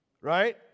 Right